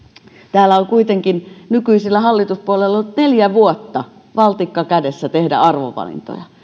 täällä on kuitenkin nykyisillä hallituspuolueilla ollut neljä vuotta valtikka kädessä tehdä arvovalintoja